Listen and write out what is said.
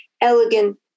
elegant